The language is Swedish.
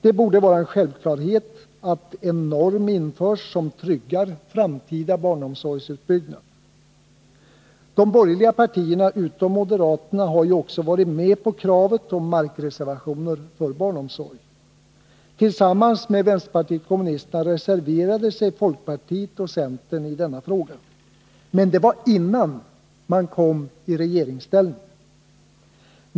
Det borde vara en självklarhet att en norm införs som tryggar framtida barnomsorgsutbyggnad. De borgerliga partierna, utom moderaterna, har ju också varit med på kravet om markreservationer för barnomsorg. Tillsammans med vänsterpartiet kommunisterna reserverade sig folkpartiet och centern i denna fråga. Men det var innan man kom i regeringsställning.